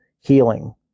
healing